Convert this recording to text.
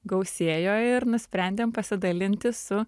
gausėjo ir nusprendėm pasidalinti su